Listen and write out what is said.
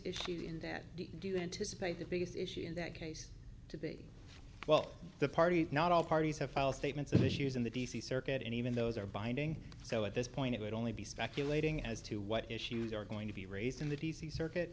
issue in that do you anticipate the biggest issue in that case to be well the parties not all parties have filed statements of issues in the d c circuit and even those are binding so at this point it would only be speculating as to what issues are going to be raised in the d c circuit